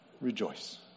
rejoice